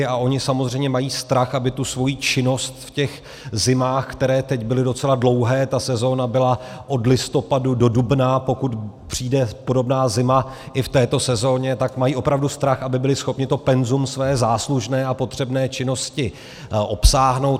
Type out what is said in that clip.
A oni samozřejmě mají strach, aby svoji činnost v těch zimách, které teď byly docela dlouhé, sezóna byla od listopadu do dubna, pokud přijde podobná zima i v této sezoně, tak mají opravdu strach, aby byli schopni to penzum své záslužné a potřebné činnosti obsáhnout.